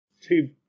two